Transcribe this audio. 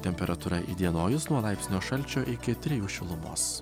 temperatūra įdienojus nuo laipsnio šalčio iki trijų šilumos